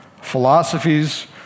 philosophies